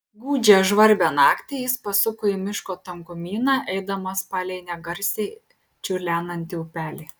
gūdžią žvarbią naktį jis pasuko į miško tankumyną eidamas palei negarsiai čiurlenantį upelį